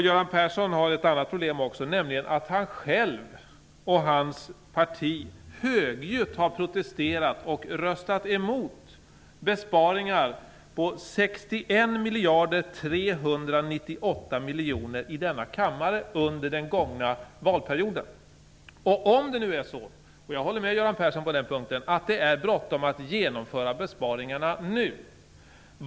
Göran Persson har även ett annat problem, nämligen att han själv och hans parti högljutt har protesterat och röstat emot besparingar på 61 398 000 000 i denna kammare under den gångna valperioden. Jag håller med Göran Persson om att det är bråttom att genomföra besparingarna nu.